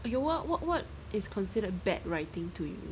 ok what what what is considered bad writing to you